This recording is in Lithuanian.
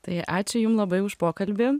tai ačiū jum labai už pokalbį